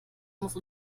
muss